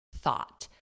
thought